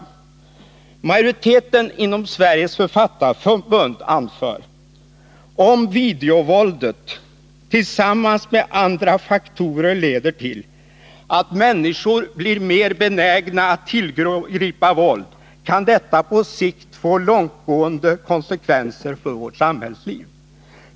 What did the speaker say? Majoriteten i Sveriges författarförbund anför: ”Om videovåldet tillsammans med andra faktorer leder till att människor blir mer benägna att tillgripa våld kan detta på sikt få långtgående konsekvenser för vårt samhällsliv.